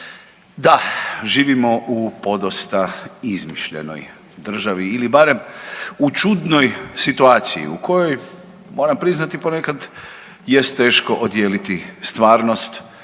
Da, živimo u podosta izmišljenoj državi ili barem u čudnoj situaciji u kojoj moram priznati ponekad jest teško odijeliti stvarnost